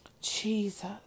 Jesus